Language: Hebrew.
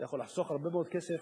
אתה יכול לחסוך הרבה מאוד כסף